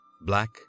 Black